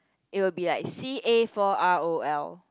it will be like C A four R O L